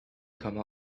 come